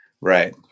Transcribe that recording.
right